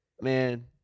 Man